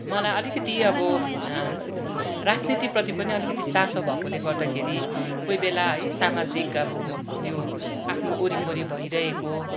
मलाई अलिकति अबो राजनीतिप्रति पनि अलिकति चासो भकोले गर्दाखेरि कोइबेला है सामाजिक अबो यो आफ्नो ओरिपोरि भइरहेको